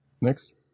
Next